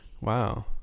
wow